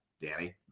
Danny